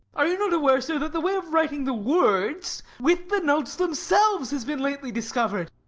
are you not aware, sir, that the way of writing the words with the notes themselves has been lately discovered?